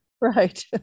right